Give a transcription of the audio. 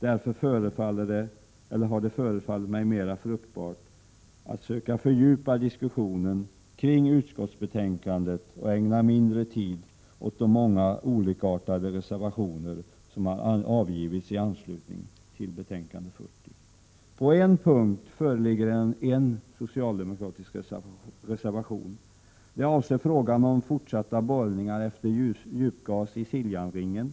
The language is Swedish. Därför har det förefallit mig mera fruktbart att söka fördjupa diskussionen kring utskottsbetänkandet och ägna mindre tid åt de många olikartade reservationer som avgivits i anslutning till betänkande 40. På en punkt föreligger en socialdemokratisk reservation. Reservationen avser frågan om fortsatt borrning efter djupgas i Siljansringen.